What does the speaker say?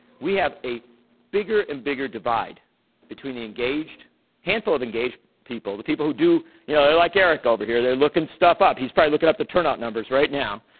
we have a bigger and bigger divide between the handful of engaged people, the people who do yeah they're like eric over here. they're looking stuff up. he's probably looking up the turnout numbers right now.